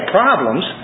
problems